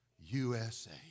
USA